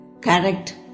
Correct